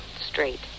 Straight